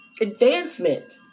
Advancement